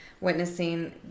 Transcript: witnessing